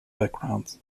background